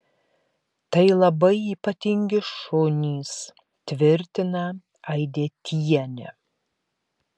tai labai ypatingi šunys tvirtina aidietienė